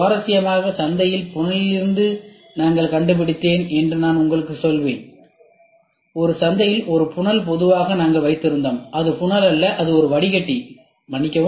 சுவாரஸ்யமாக சந்தையில் புனலில் இருந்து நான் கண்டுபிடித்தேன் என்று நான் உங்களுக்குச் சொல்வேன் இது சந்தையில் ஒரு புனல் பொதுவாக நாங்கள் வைத்திருந்தோம் இது ஒரு புனல் அல்ல இது ஒரு வடிகட்டி மன்னிக்கவும்